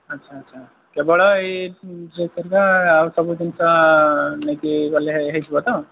ଆଚ୍ଛା ଆଚ୍ଛା କେବଳ ଏହି ଜିନିଷ ଆଉ ସବୁ ଜିନିଷ ନେଇକି ଗଲେ ହୋଇଯିବ ତ